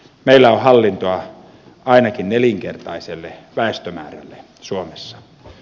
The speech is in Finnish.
meillä on hallintoa ainakin nelinkertaiselle väestömäärälle suomessa